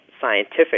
scientific